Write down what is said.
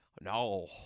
no